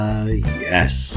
yes